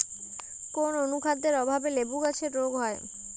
কোন অনুখাদ্যের অভাবে লেবু গাছের রোগ হয়?